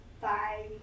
bye